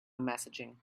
messaging